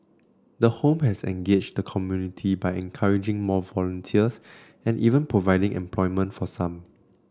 the home has engaged the community by encouraging more volunteers and even providing employment for some